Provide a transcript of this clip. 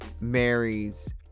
marries